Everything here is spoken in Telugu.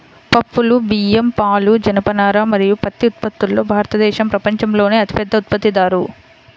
పప్పులు, బియ్యం, పాలు, జనపనార మరియు పత్తి ఉత్పత్తిలో భారతదేశం ప్రపంచంలోనే అతిపెద్ద ఉత్పత్తిదారు